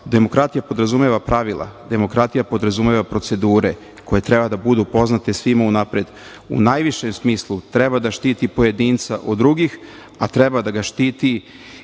Demokratija podrazumeva pravila. Demokratija podrazumeva procedure koje treba da budu poznate svima unapred. U najvišem smislu treba da štiti pojedinca od drugih, a treba da ga štiti